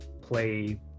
play